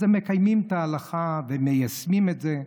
אז הם מקיימים את ההלכה ומיישמים את זה,